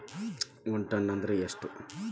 ಒಂದ್ ಟನ್ ಅಂದ್ರ ಎಷ್ಟ?